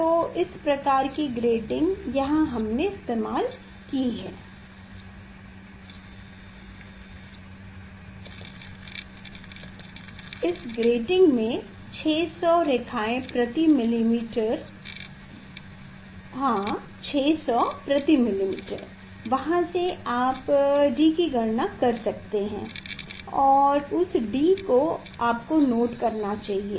तो इस प्रकार की ग्रेटिंग यहाँ हमने इस्तेमाल की है इस ग्रेटिंग में 600 रेखाएं प्रति मिलीमीटर है 600 प्रति मिलीमीटर वहां से आप d की गणना कर सकते हैं और उस d को आपको नोट करना चाहिए